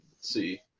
see